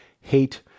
hate